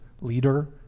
leader